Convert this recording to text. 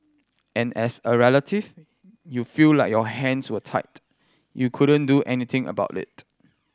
and as a relative you feel like your hands were tied you couldn't do anything about it